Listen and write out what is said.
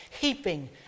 heaping